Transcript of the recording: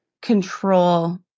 control